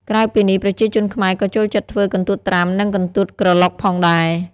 ក្រៅពីនេះ ប្រជាជនខ្មែរក៏ចូលចិត្តធ្វើ កន្ទួតត្រាំ និង កន្ទួតក្រឡុក ផងដែរ។